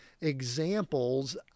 examples